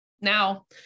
Now